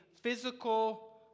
physical